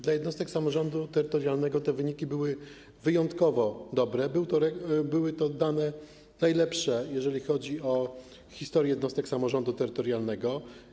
Dla jednostek samorządu terytorialnego te wyniki były wyjątkowo dobre, były to dane najlepsze, jeżeli chodzi historię jednostek samorządu terytorialnego.